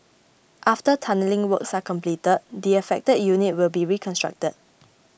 after tunnelling works are completed the affected unit will be reconstructed